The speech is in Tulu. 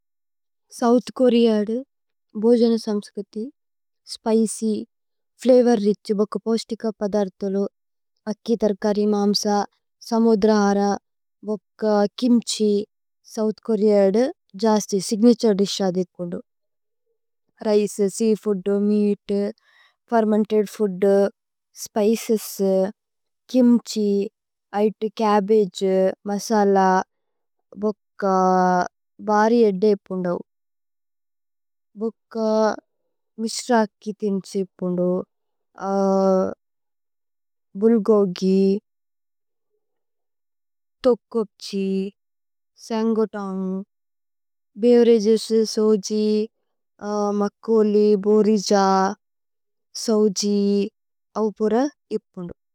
സോഉഥ് കോരേഅ ബോജന സമ്സ്കതി സ്പിച്യ് ഫ്ലവോര് രിഛ്। ബോക പോസ്തിക പദര്തലോ അക്കി തര്കരി മാമ്സ। സമോദ്ര ഹര, ബോക കിമ്ഛി। സോഉഥ് കോരേഅ ജസ്തി। സിഗ്നതുരേ ദിശ് അദിപോന്ദോ rice, seafood, meat. Fermented food, spices, kimchi, ചബ്ബഗേ മസല। ബോക ബരി അദിപോന്ദോ, ബോക മിശ്ര അക്കി ഥിന്സിപോന്ദോ। ബുല്ഗോഗി, തോകോപ്ഛി, സഏന്ഗോതോന്ഗ് ബേവേരഗേസ്, സോജി। മക്കു, കോലി, ബോരിജ, സോജി, അവപുര ഇപോന്ദോ।